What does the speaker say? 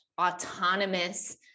autonomous